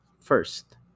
First